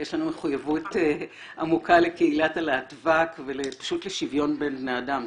יש לנו מחויבות עמוקה לקהילת הלהט"ב ופשוט לשוויון בין בני אדם.